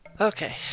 Okay